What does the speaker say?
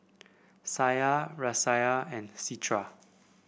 Syah Raisya and Citra